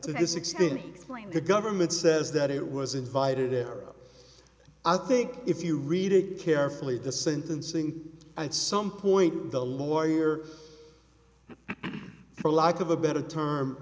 explained the government says that it was invited there i think if you read it carefully the sentencing and some point the lawyer for lack of a better term